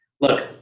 look